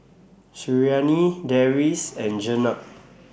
Suriani Deris and Jenab